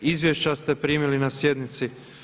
Izvješća ste primili na sjednici.